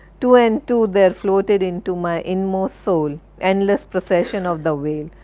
two and two there floated into my inmost soul, endless processions of the whale,